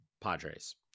Padres